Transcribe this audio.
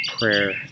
prayer